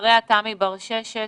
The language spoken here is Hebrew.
אחריה תמי ברששת.